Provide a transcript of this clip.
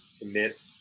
commit